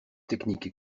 technique